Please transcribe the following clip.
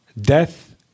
death